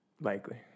Likely